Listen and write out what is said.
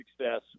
success